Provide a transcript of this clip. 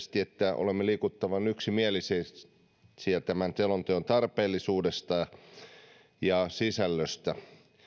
että olemme liikuttavan yksimielisiä tämän selonteon tarpeellisuudesta ja sisällöstä